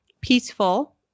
peaceful